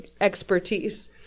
expertise